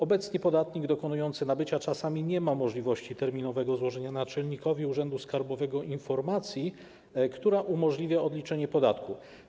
Obecnie podatnik dokonujący nabycia czasami nie ma możliwości terminowego złożenia naczelnikowi urzędu skarbowego informacji, która umożliwia odliczenie podatku.